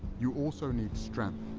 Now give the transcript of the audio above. you also need strength.